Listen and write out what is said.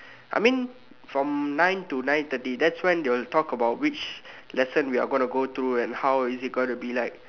I mean from nine to nine thirty that's when they will talk about which lesson we are going to go through and how is it going to be like